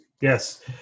Yes